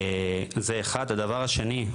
הדבר השני,